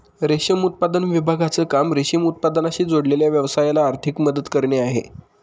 रेशम उत्पादन विभागाचं काम रेशीम उत्पादनाशी जोडलेल्या व्यवसायाला आर्थिक मदत करणे आहे